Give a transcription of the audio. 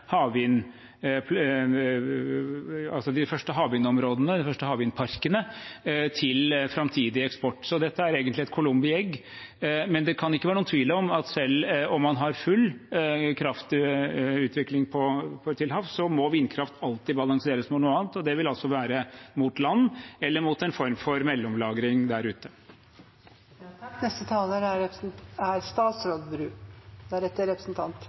havvindparkene, til framtidig eksport. Så dette er egentlig et columbi egg, men det kan ikke var noen tvil om at selv om man har full kraftutvikling til havs, må vindkraft alltid balanseres mot noe annet, og det vil altså være mot land eller en form for mellomlagring der ute. Takk for svarene fra Arbeiderpartiet. Jeg spør fordi jeg oppriktig lurer, og fordi jeg er